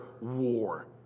war